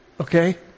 Okay